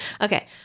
okay